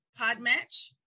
PodMatch